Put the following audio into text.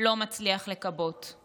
לא מצליח לכבות.